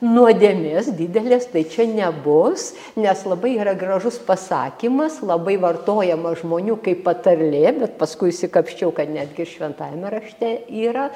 nuodėmės didelės tai čia nebus nes labai yra gražus pasakymas labai vartojamas žmonių kaip patarlė bet paskui išsikapsčiau kad netgi ir šventajame rašte yra